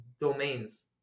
domains